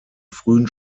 frühen